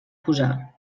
posar